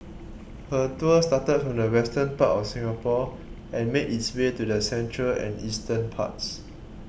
her tour started from the western part of Singapore and made its way to the central and eastern parts